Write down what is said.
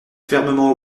fermement